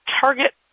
Target